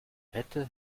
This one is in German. hätte